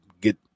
get